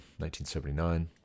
1979